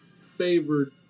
favored